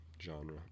genre